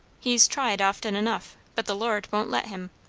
he's tried, often enough, but the lord won't let him.